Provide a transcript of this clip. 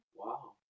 Wow